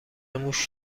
موش